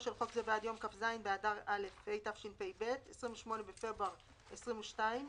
של חוק זה ועד יום כ"ז באדר א' התשפ"ב (28 בפברואר 2022),